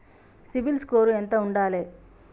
CIBIL score ఎంత ఉండాలే?